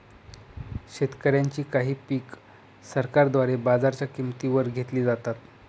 शेतकऱ्यांची काही पिक सरकारद्वारे बाजाराच्या किंमती वर घेतली जातात